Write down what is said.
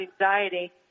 anxiety